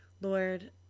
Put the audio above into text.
Lord